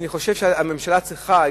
אני חושב שהממשלה צריכה,